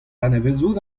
anavezout